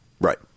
Right